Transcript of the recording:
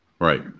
Right